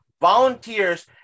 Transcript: volunteers